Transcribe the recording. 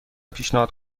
پیشنهاد